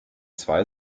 zwei